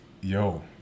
yo